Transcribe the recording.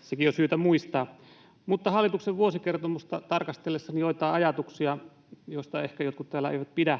Sekin on syytä muistaa. Hallituksen vuosikertomusta tarkastellessa joitain ajatuksia, joista ehkä jotkut täällä eivät pidä: